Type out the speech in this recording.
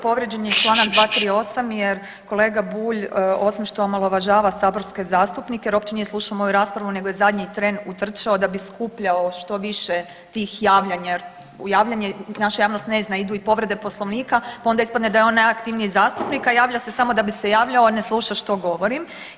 Povrijeđen je čl. 238.jer kolega Bulj osim što omalovažava saborske zastupnike jer uopće nije slušao moju raspravu nego je zadnji tren utrčao da bi skupljao što više tih javljanja jer u javljanje naša javnost ne zna idu i povrede Poslovnika pa onda ispadne da je on najaktivniji zastupnik, a javlja se samo da bi se javljao, a ne sluša što govorim.